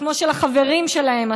כמו של החברים שלהן,